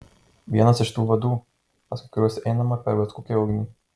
vienas iš tų vadų paskui kuriuos einama per bet kokią ugnį